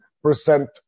percent